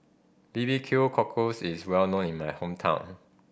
B B Q cockles is well known in my hometown